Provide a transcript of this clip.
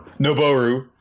noboru